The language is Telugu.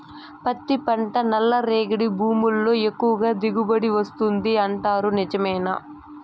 పత్తి పంట నల్లరేగడి భూముల్లో ఎక్కువగా దిగుబడి వస్తుంది అంటారు నిజమేనా